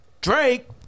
Drake